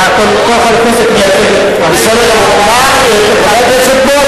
כי אחרת נאשים את חברי הכנסת שלא,